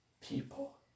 people